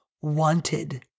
wanted